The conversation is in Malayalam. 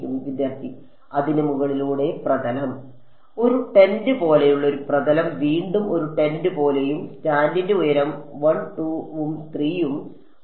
വിദ്യാർത്ഥി അതിനു മുകളിലൂടെ പ്രതലം ഒരു ടെന്റ് പോലെയുള്ള ഒരു പ്രതലം വീണ്ടും ഒരു ടെന്റ് പോലെയും സ്റ്റാൻഡിന്റെ ഉയരം 1 2 ഉം 3 ഉം ആണ്